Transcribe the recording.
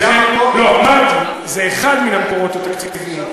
זה המקור התקציבי?